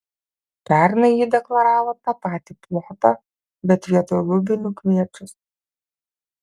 pernai ji deklaravo tą patį plotą bet vietoj lubinų kviečius